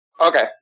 Okay